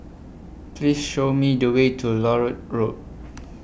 Please Show Me The Way to Larut Road